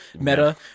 meta